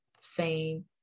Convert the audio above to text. fame